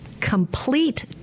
Complete